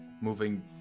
moving